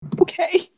Okay